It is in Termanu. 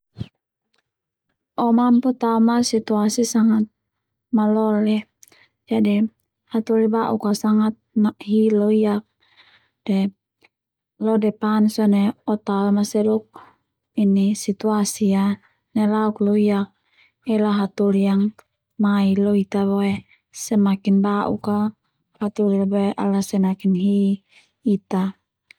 O mampu taoman situasi sangat malole jadi hatoli bauk a sangat hik loiak de lo depan sone o tao ma seluk ini situasi ya nolauk loiak ela hatoli yang mai lo ita boe semaki Bauk a hatoli la boe ala semakin hi Ita.